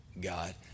God